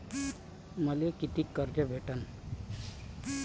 मले कितीक कर्ज भेटन?